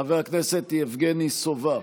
חבר הכנסת יבגני סובה,